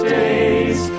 days